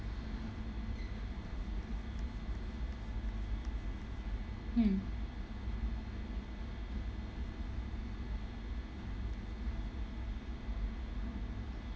mm